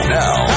now